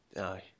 aye